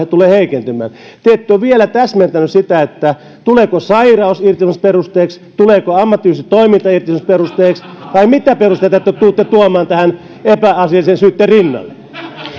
tulee heikentymään te ette ole vielä täsmentänyt sitä tuleeko sairaus irtisanomisperusteeksi tuleeko ammattiyhdistystoiminta irtisanomisperusteeksi vai mitä perusteita te tulette tuomaan tähän epäasiallisen syyn rinnalle